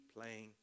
playing